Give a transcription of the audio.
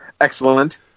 Excellent